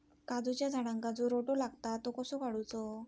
काजूच्या झाडांका जो रोटो लागता तो कसो काडुचो?